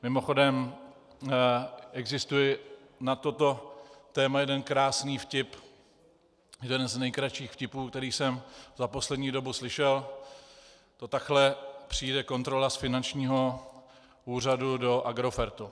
Mimochodem, existuje na toto téma jeden krásný vtip, jeden z nejkratších vtipů, který jsem za poslední dobu slyšel: To takhle přijde kontrola z finančního úřadu do Agrofertu.